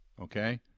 okay